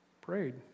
Prayed